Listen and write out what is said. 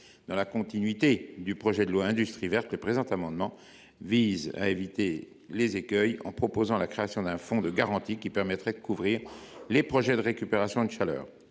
Dans la continuité de la loi relative à l’industrie verte, le présent amendement vise à éviter les écueils au travers de la création d’un fonds de garantie, qui permettrait de couvrir les projets de récupération de chaleur.